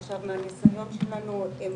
עכשיו מהניסיון שלנו עם